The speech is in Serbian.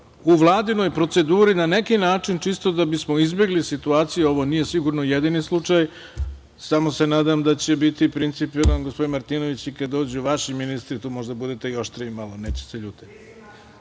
u Vladinoj proceduri na neki način čisto da bismo izbegli situaciju. Ovo nije sigurno jedini slučaj. Nadam se samo da će biti principijelan gospodin Martinović i kada dođu vaši ministri, možda budete i oštriji malo, neće se